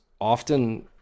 often